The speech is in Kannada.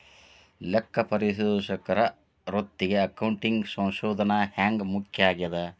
ಲೆಕ್ಕಪರಿಶೋಧಕರ ವೃತ್ತಿಗೆ ಅಕೌಂಟಿಂಗ್ ಸಂಶೋಧನ ಹ್ಯಾಂಗ್ ಮುಖ್ಯ ಆಗೇದ?